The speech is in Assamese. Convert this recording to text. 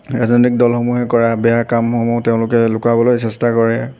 ৰাজনৈতিক দলসমূহে কৰা বেয়া কামসমূহ তেওঁলোকে লুকাবলৈ চেষ্টা কৰে